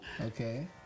Okay